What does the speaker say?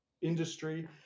industry